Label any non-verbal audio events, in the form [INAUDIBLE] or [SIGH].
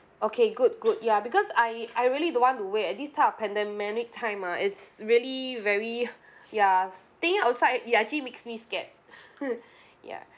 okay good good ya because I I really don't want to wait at this time of pandemanic time ah it's really very ya staying outside it actually makes me scared [LAUGHS] ya